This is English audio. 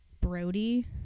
brody